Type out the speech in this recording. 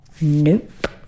Nope